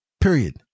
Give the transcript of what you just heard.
Period